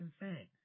insane